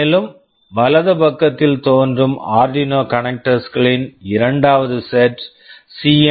மேலும் வலது பக்கத்தில் தோன்றும் ஆர்டினோ கனக்டர்ஸ் Arduino connectors களின் இரண்டாவது செட் set சி